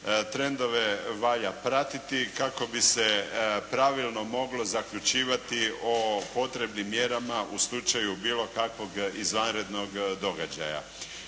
trendove valja pratiti kako bi se pravilno moglo zaključivati o potrebnim mjerama u slučaju bilo kakvog izvanrednog događaja.